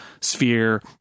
sphere